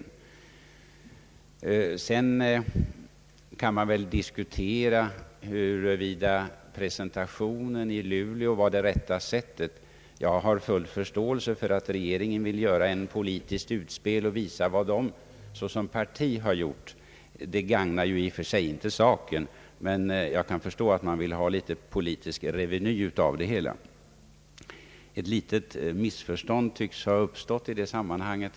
Däremot kan man väl diskutera huruvida presentationen i Luleå skedde på det rätta sättet. Jag har full förståelse för att regeringen vill göra ett politiskt utspel och visa vad man har uträttat som parti, men det gagnar ju i och för sig inte saken. Jag kan dock, som sagt, förstå att man vill ha litet politisk reveny av det hela. Ett litet missförstånd tycks ha uppstått i det sammanhanget.